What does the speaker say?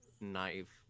knife